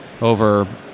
over